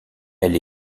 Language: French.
elle